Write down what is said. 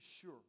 sure